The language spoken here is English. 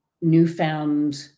newfound